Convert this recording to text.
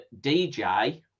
dj